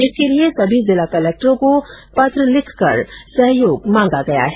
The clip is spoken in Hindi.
इसके लिए सभी जिला कलेक्टरों को पत्र लिखकर सहयोग मांगा गया है